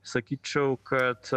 sakyčiau kad a